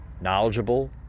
knowledgeable